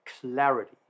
clarity